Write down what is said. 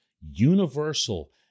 universal